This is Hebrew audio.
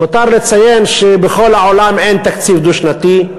מותר לציין שבכל העולם אין תקציב דו-שנתי.